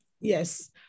Yes